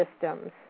systems